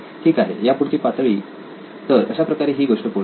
ठीक आहे यापुढची पातळी तर अशाप्रकारे ही गोष्ट पूर्ण झाली